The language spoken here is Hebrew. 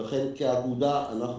לכן, כאגודה אנחנו